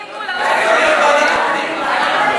להעביר לוועדת הפנים.